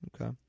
Okay